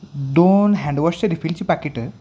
दोन हँडवॉशच्या रिफिलची पाकीटं